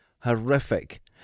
Horrific